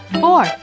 four